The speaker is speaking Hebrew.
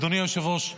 אדוני היושב-ראש,